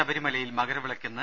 ശബരിമലയിൽ മകരവിളക്ക് ഇന്ന്